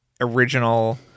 original